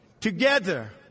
Together